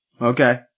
Okay